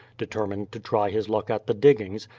determined to try his luck at the diggings,